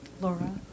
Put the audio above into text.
Laura